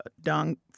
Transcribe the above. Dong